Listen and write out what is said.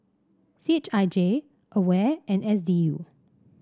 C H I J Aware and S D U